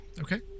Okay